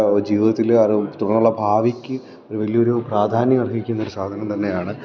ജീവിതത്തില് തുടർന്നുള്ള ഭാവിക്ക് ഒരു വലിയൊരു പ്രാധാന്യം അർഹിക്കുന്ന സാധനം തന്നെയാണ്